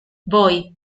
voy